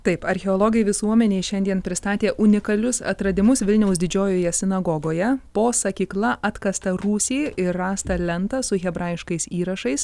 taip archeologai visuomenei šiandien pristatė unikalius atradimus vilniaus didžiojoje sinagogoje po sakykla atkastą rūsį ir rastą lentą su hebrajiškais įrašais